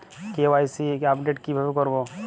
KYC update কিভাবে করবো?